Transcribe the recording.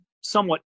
somewhat